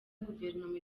guverinoma